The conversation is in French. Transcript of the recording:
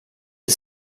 est